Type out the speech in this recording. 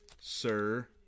sir